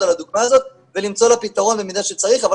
על הדוגמה הזאת ולמצוא לה פתרון במידה שצריך.